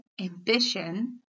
ambition